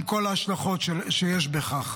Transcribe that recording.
עם כל ההשלכות שיש בכך.